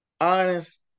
honest